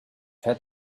had